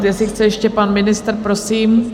Jestli chce ještě pan ministr, prosím.